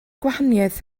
gwahaniaeth